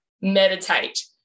meditate